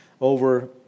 over